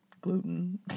gluten